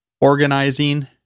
organizing